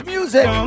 Music